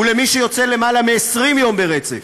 ולמי שיוצא למעלה מ-20 יום ברצף,